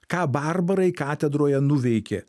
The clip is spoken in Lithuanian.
ką barbarai katedroje nuveikė